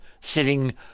sitting